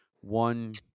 one